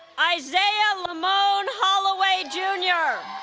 isaiah lamone holloway, jr.